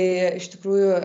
iš tikrųjų